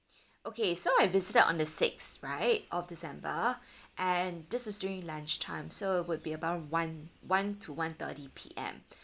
okay so I visited on the sixth right of december and this is during lunch time so it would be about one one to one thirty P_M